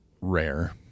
rare